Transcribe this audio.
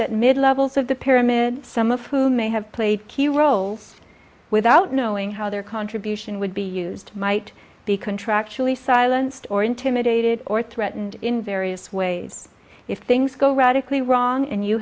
levels of the pyramid some of whom may have played key roles without knowing how their contribution would be used might be contractually silenced or intimidated or threatened in various ways if things go radically wrong and you